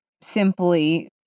simply